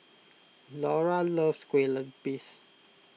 Laura loves Kue Lupis